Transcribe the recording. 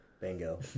Bingo